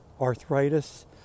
arthritis